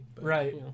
right